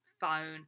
phone